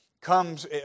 comes